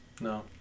No